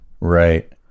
Right